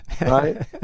right